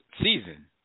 season